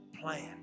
plan